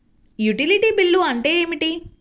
Utility bill అంటే ఏమిటి?